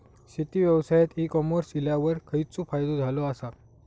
शेती व्यवसायात e commerce इल्यावर खयचो फायदो झालो आसा?